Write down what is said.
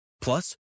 Plus